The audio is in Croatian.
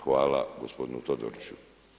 Hvala gospodinu Todoriću.